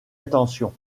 attention